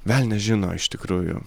velnias žino iš tikrųjų